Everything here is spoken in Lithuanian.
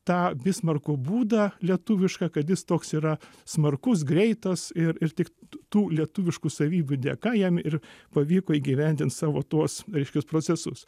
tą bismarko būdą lietuvišką kad jis toks yra smarkus greitas ir ir tik tų lietuviškų savybių dėka jam ir pavyko įgyvendint savo tuos reiškias procesus